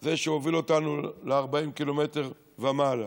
זה שהוביל אותנו ל-40 קילומטר ומעלה,